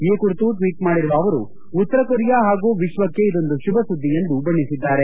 ಈ ಕುರಿತು ಟ್ನೇಟ್ ಮಾಡಿರುವ ಅವರು ಉತ್ತರ ಕೊರಿಯಾ ಹಾಗೂ ವಿಶ್ವಕ್ಷೆ ಇದೊಂದು ಶುಭ ಸುದ್ದಿ ಎಂದು ಬಣ್ಣಿಸಿದ್ದಾರೆ